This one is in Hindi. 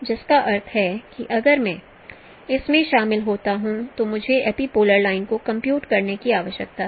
जिसका अर्थ है कि अगर मैं इसमें शामिल होता हूं तो मुझे एपिपोलर लाइन को कंप्यूट करने की आवश्यकता है